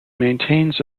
maintains